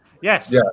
yes